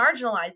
marginalized